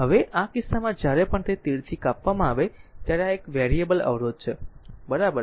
હવે આ કિસ્સામાં જ્યારે પણ તે તીરથી કાપવામાં આવે ત્યારે આ એક વેરિયેબલ અવરોધ છે બરાબર